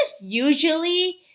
usually